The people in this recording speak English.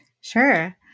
Sure